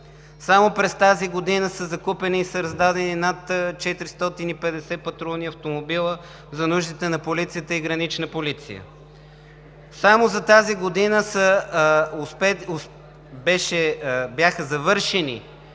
Само през тази година са закупени и са раздадени над 450 патрулни автомобила за нуждите на полицията и „Гранична полиция“. Само за тази година бяха завършени